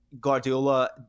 Guardiola